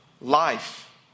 life